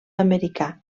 americà